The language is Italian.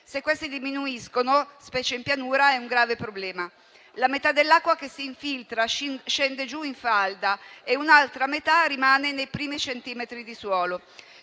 Se queste diminuiscono, specie in pianura, è un grave problema. La metà dell'acqua che si infiltra scende giù in falda e l'altra metà rimane nei primi centimetri di suolo.